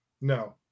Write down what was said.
No